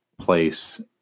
place